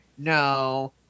No